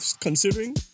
considering